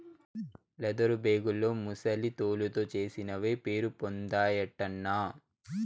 leather బేగుల్లో ముసలి తోలుతో చేసినవే పేరుపొందాయటన్నా